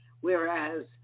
whereas